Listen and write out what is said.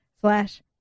slash